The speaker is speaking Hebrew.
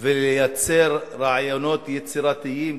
ולייצר רעיונות יצירתיים,